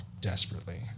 desperately